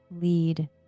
lead